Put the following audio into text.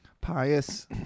pious